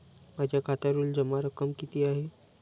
माझ्या खात्यावरील जमा रक्कम किती आहे?